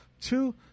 two